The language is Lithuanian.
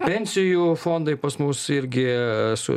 pensijų fondai pas mus irgi su